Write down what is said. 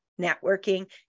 networking